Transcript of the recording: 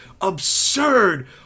absurd